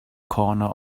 corner